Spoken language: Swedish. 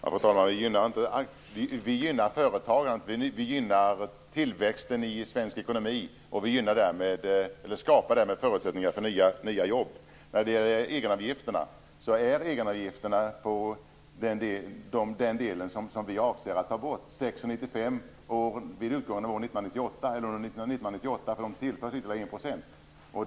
Fru talman! Vi gynnar företagandet och tillväxten i svensk ekonomi. Därmed skapar vi förutsättningar för nya jobb. Egenavgifterna vad gäller den del som vi avser att ta bort är 6,95 % år 1998, eftersom det tillförs ca 1 %.